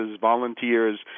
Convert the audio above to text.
volunteers